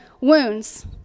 wounds